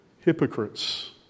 hypocrites